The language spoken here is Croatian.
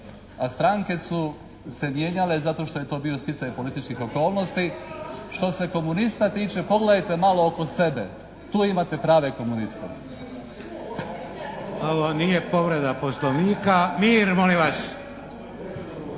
a stranke su se mijenjale zato što je to bio sticaj političkih okolnosti. Što se komunista tiče pogledajte malo oko sebe. Tu imate prave komuniste. **Šeks, Vladimir (HDZ)** Ovo nije povreda Poslovnika. Mir, molim vas!